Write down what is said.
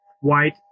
White